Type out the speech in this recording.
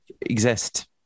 exist